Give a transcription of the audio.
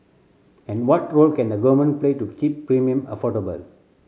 and what role can the Government play to keep premium affordable